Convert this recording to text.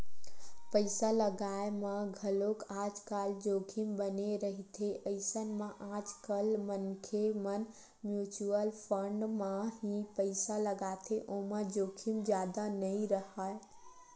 पइसा लगाय म घलोक आजकल जोखिम बने रहिथे अइसन म आजकल मनखे मन म्युचुअल फंड म ही पइसा लगाथे ओमा जोखिम जादा नइ राहय